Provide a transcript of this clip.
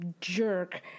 jerk